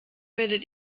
werdet